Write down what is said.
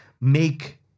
make